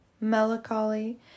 melancholy